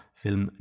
film